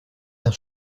d’un